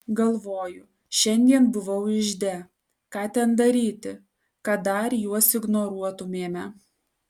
galvoju šiandien buvau ižde ką ten daryti kad dar juos ignoruotumėme